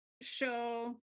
show